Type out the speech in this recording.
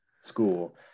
school